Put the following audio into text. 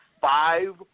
five